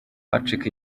patrick